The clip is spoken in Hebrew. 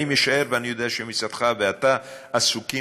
אני משער ואני יודע שמשרדך ואתה עסוקים